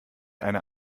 einer